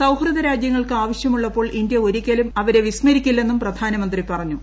സൌഹൃദരാജ്യങ്ങൾക്ക് ആവിശ്യ്മുള്ളപ്പോൾ ഇന്ത്യ ഒരിക്കലും അവരെ വിസ്മരിക്കില്ലെന്നും പ്രൂധാന്മന്ത്രി പറഞ്ഞു